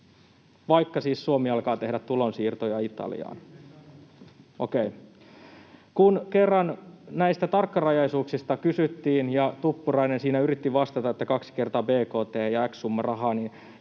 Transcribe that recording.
vaikka siis Suomi alkaa tehdä tulonsiirtoja Italiaan — okei. Kun kerran näistä tarkkarajaisuuksista kysyttiin ja Tuppurainen siinä yritti vastata, että kaksi kertaa bkt ja x summa rahaa, niin